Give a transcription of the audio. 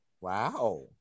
wow